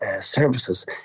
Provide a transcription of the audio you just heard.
services